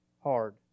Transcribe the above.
hard